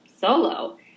solo